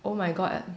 oh my god